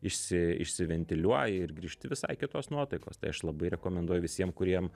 išsi išsiventiliuoja ir grįžti visai kitos nuotaikos tai aš labai rekomenduoju visiem kuriem